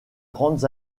grandes